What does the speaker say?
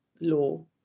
law